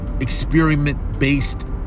experiment-based